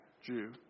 Jew